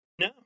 No